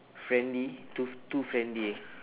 friendly too too friendly